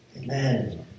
Amen